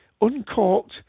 Uncorked